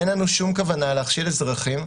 אין לנו שום כוונה להכשיל אזרחים,